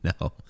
No